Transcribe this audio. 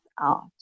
out